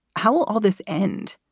how will all this end?